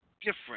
different